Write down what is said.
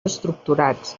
estructurats